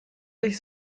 sich